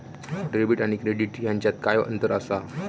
Debit आणि credit ह्याच्यात काय अंतर असा?